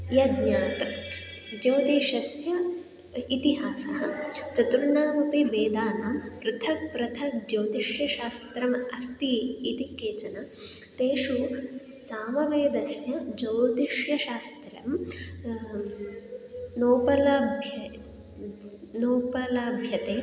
यज्ञात् ज्योतिषस्य इतिहासः चतुर्णामपि वेदानां पृथक् पृथक् ज्योतिषशास्त्रम् अस्ति इति केचन तेषु सामवेदस्य ज्योतिषशास्त्रं नोपलभ्यते नोपलभ्यते